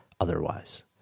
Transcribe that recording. otherwise